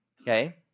okay